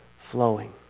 flowing